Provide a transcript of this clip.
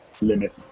limit